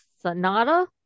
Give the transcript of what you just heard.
Sonata